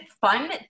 fun